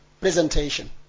presentation